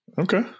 Okay